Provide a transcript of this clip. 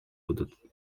будут